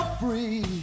free